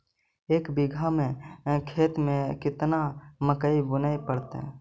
एक बिघा खेत में केतना मकई बुने पड़तै?